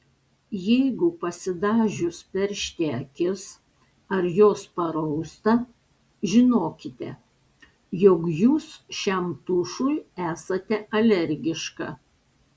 jeigu pasidažius peršti akis ar jos parausta žinokite jog jūs šiam tušui esate alergiška